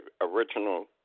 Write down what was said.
original